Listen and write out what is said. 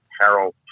Harold